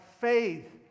faith